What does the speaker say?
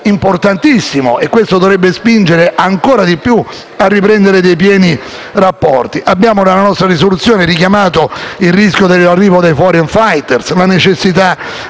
importantissimo, e questo dovrebbe spingere ancora di più a riprendere dei pieni rapporti. Nella nostra proposta di risoluzione abbiamo richiamato il rischio dell'arrivo dei *foreign fighter*, la necessità